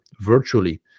virtually